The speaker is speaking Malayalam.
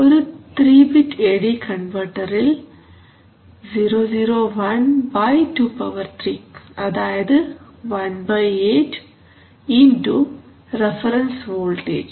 ഒരു 3 ബിറ്റ് എ ഡി കൺവെർട്ടറിൽ 001 23 അതായത് 18 ഇന്റു റഫറൻസ് വോൾട്ടേജ്